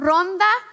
Ronda